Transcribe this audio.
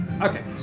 Okay